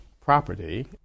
property